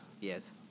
Yes